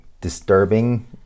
disturbing